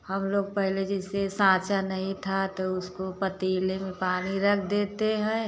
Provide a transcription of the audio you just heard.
हम लोग पहले जैसे सांचा नहीं था तो उसको पतीले में पानी रख देते हैं